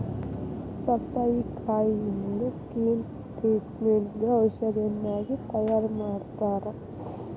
ಪಪ್ಪಾಯಿಕಾಯಿಂದ skin ಟ್ರಿಟ್ಮೇಟ್ಗ ಔಷಧಿಯನ್ನಾಗಿ ತಯಾರಮಾಡತ್ತಾರ